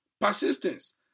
persistence